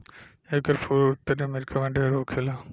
एकर फूल उत्तरी अमेरिका में ढेर होखेला